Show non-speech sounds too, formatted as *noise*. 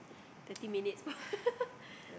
thirty minutes *laughs*